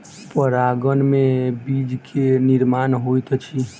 परागन में बीज के निर्माण होइत अछि